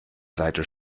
seite